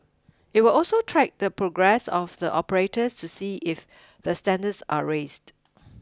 it will also track the progress of the operators to see if the standards are raised